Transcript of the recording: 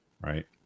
right